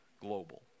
global